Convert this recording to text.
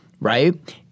right